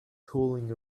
pulling